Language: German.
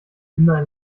immer